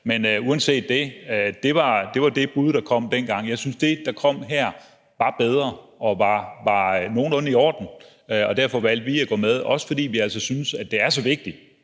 Men uanset det, så var det dét bud, der kom dengang. Jeg synes, at det, der kom her, var bedre og var nogenlunde i orden, og derfor valgte vi at gå med, også fordi vi altså synes, at det er så vigtigt